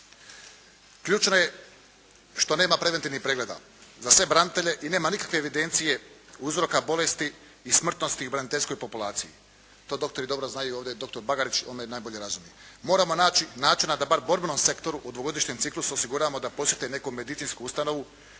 Ključno je što nema preventivnih pregleda za sve branitelje i nema nikakve evidencije uzroka bolesti i smrtnosti u braniteljskoj populaciji. To doktori dobro znaju. Ovdje je doktor Bagarić, on me najbolje razumije. Moramo naći načina da bar borbenom sektoru u dvogodišnjem ciklusu osiguramo da posjete neku medicinsku ustanovu